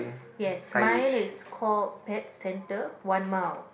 yes mine is call pet centre one mile